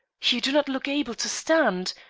you do not look able to stand.